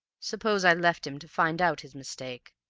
suppose i left him to find out his mistake.